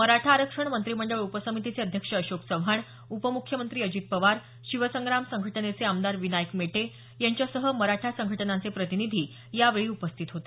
मराठा आरक्षण मंत्रिमंडळ उपसमितीचे अध्यक्ष अशोक चव्हाण उपम्ख्यमंत्री अजित पवार शिवसंग्राम संघटनेचे आमदार विनायक मेटे यांच्यासह मराठा संघटनांचे प्रतिनिधी यावेळी उपस्थित होते